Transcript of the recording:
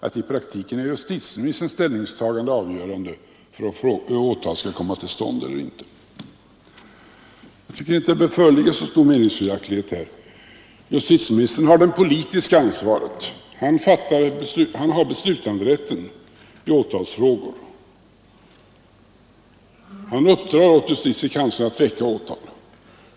I praktiken är justitieministerns ställningstagande avgö Tisdagen den rande för om åtal skall komma till stånd eller inte. Jag tycker inte att det 21 maj 1974 föreligger så stora meningsskiljaktigheter där. Justitieministern har det politiska ansvaret. Han har beslutanderätten i åtalsfrågor. Han uppdrar åt justitiekanslern att väcka åtal.